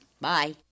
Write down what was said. Bye